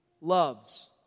Loves